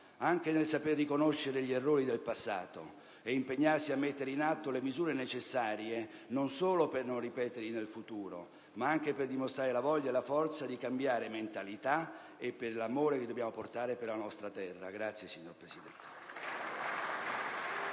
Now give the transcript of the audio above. anche nel saper riconoscere gli errori del passato e impegnarsi a mettere in atto le misure necessarie, non solo per non ripeterli in futuro, ma anche per dimostrare la voglia e la forza di cambiare mentalità e per l'amore che dobbiamo portare per la nostra terra. *(Applausi dai